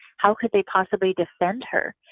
how could they possibly defend her?